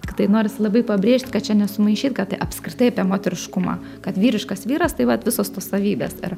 tiktai norisi labai pabrėžt kad čia nesumaišyt kad tai apskritai apie moteriškumą kad vyriškas vyras tai vat visos tos savybės ir